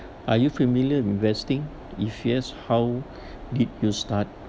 are you familiar investing if yes how did you start